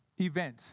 event